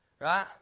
right